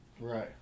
Right